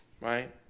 right